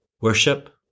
worship